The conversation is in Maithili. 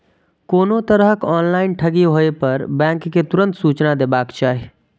कोनो तरहक ऑनलाइन ठगी होय पर बैंक कें तुरंत सूचना देबाक चाही